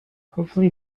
hopefully